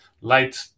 light